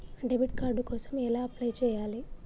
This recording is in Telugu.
డెబిట్ కార్డు కోసం ఎలా అప్లై చేయాలి?